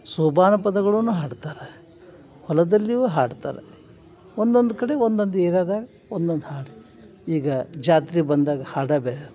ಶೋಭಾನ ಪದಗಳನ್ನು ಹಾಡ್ತಾರೆ ಹೊಲದಲ್ಲಿಯೂ ಹಾಡ್ತಾರೆ ಒಂದೊಂದು ಕಡೆ ಒಂದೊಂದು ಏರ್ಯಾದಾಗ ಒಂದೊಂದು ಹಾಡು ಈಗ ಜಾತ್ರೆ ಬಂದಾಗ ಹಾಡು ಬೇರೆ ಇರ್ತಾವೆ